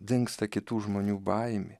dingsta kitų žmonių baimė